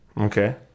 okay